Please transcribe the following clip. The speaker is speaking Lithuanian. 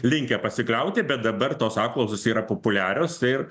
linkę pasikliauti bet dabar tos apklausos yra populiarios ir